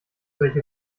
welche